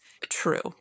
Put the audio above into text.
true